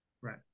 right